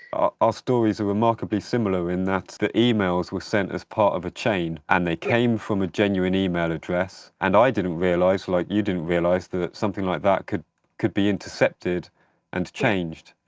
our stories are remarkably similar, in that the emails were sent as part of a chain. and they came from a genuine email address. and i didn't realise, like you didn't realise, that something like that could could be intercepted and changed.